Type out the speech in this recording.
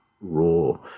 raw